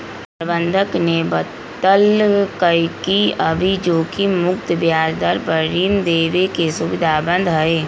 प्रबंधक ने बतल कई कि अभी जोखिम मुक्त ब्याज दर पर ऋण देवे के सुविधा बंद हई